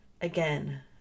again